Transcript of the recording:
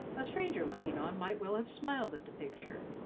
a stranger looking on might well have smiled at the picture,